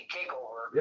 TakeOver